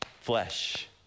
flesh